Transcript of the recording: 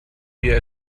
wir